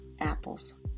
apples